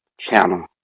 Channel